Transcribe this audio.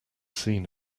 seen